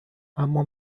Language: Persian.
اما